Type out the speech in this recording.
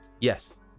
yes